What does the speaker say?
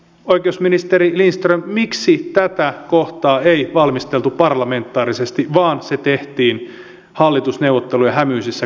oikeusministeri lindström miksi tätä kohtaa ei valmisteltu parlamentaarisesti vaan se tehtiin hallitusneuvottelujen hämyisissä kabineteissa